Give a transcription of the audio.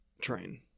train